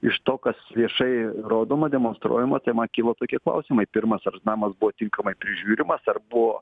iš to kas viešai rodoma demonstruojama tai man kyla tokie klausimai pirmas ar namas buvo tinkamai prižiūrimas ar buvo